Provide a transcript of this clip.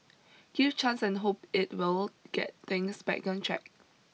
give chance and hope it will get things back on track